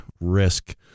risk